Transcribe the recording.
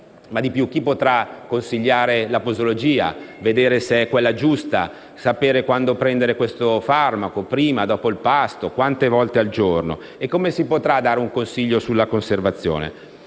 Ma di più, chi potrà consigliare la posologia, assicurarsi che sia quella giusta e sapere quando prendere questo farmaco, se prima o dopo il pasto, e quante volte al giorno? E come si potrà dare un consiglio sulla conservazione?